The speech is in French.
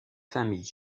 famille